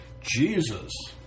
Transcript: Jesus